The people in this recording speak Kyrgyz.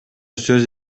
сөз